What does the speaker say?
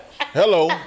hello